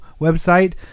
website